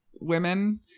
women